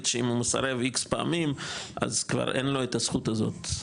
שאם הוא מסרב איקס פעמים אז כבר אין לו את הזכות הזאת,